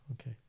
Okay